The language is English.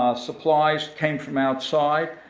supplies came from outside,